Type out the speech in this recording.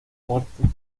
muerte